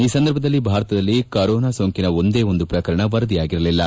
ಆ ಸಂದರ್ಭದಲ್ಲಿ ಭಾರತದಲ್ಲಿ ಕೊರೊನಾ ಸೋಂಕಿನ ಒಂದೇ ಒಂದು ಪ್ರಕರಣ ವರದಿಯಾಗಿರಲಿಲ್ಲ